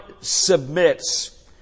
submits